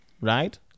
right